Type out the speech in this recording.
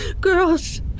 Girls